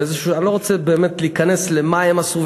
אני לא רוצה להיכנס לְמה הם עשו,